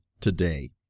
today